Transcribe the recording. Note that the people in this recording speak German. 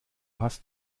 hast